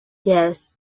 yes